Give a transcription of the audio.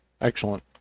excellent